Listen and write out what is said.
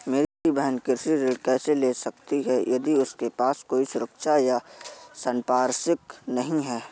मेरी बहिन कृषि ऋण कैसे ले सकती है यदि उसके पास कोई सुरक्षा या संपार्श्विक नहीं है?